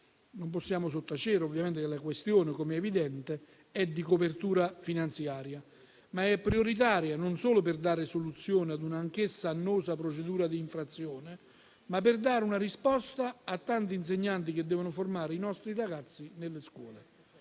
Non possiamo sottacere che la questione, come è evidente, è di copertura finanziaria, ma è prioritaria non solo per dare soluzione a una, anch'essa annosa, procedura di infrazione, ma per dare una risposta a tanti insegnanti che devono formare i nostri ragazzi nelle scuole.